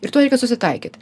ir tuo reikia susitaikyt